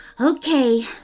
Okay